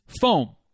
foam